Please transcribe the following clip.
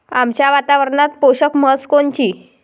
आमच्या वातावरनात पोषक म्हस कोनची?